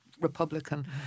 Republican